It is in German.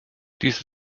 dies